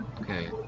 Okay